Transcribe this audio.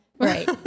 right